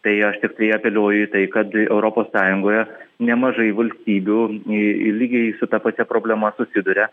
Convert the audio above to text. tai aš tiktai apeliuoju į tai kad europos sąjungoje nemažai valstybių i lygiai su ta pačia problema susiduria